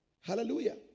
Hallelujah